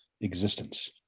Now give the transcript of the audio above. existence